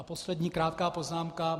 A poslední krátká poznámka.